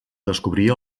descobrir